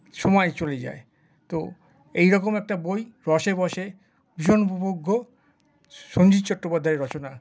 সময় চলে যায় তো এইরকম একটা বই রসেবশে ভীষণ উপভোগ্য সঞ্জীব চট্টোপাধ্যায়ের রচনা